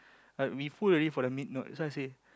uh we full already for the mid note so I say